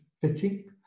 fitting